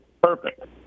Perfect